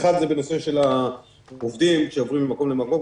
אחת בנושא של העובדים שעוברים ממקום למקום.